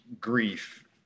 grief